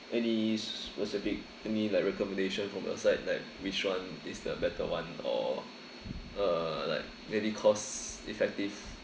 any specific any like recommendation from your side like which one is the better one or uh like very cost effective